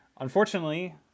Unfortunately